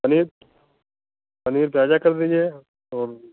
पनीर पनीर प्याज़ा कर दीजिए और